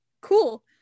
Cool